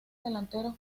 delanteros